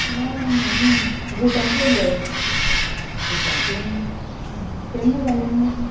हेजें गुटाचें गो गुटांचें केन्ना जालें